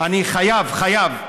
אני חייב, חייב.